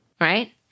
Right